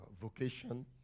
vocation